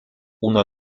una